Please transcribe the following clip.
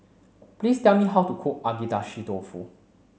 please tell me how to cook Agedashi Dofu